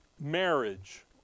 marriage